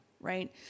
Right